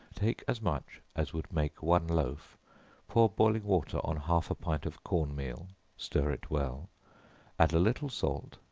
take as much as would make one loaf pour boiling water on half a pint of corn meal stir it well add a little salt,